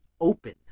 Open